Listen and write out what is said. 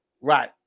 Right